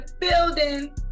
building